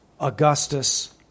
Augustus